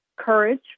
Courage